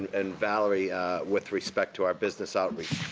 and valerie with respect to our business outreach.